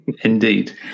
indeed